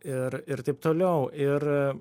ir ir taip toliau ir